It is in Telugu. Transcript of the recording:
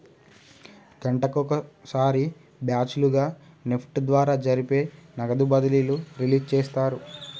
గంటకొక సారి బ్యాచ్ లుగా నెఫ్ట్ ద్వారా జరిపే నగదు బదిలీలు రిలీజ్ చేస్తారు